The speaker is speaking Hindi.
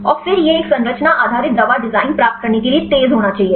और फिर यह एक संरचना आधारित दवा डिजाइन प्राप्त करने के लिए तेज होना चाहिए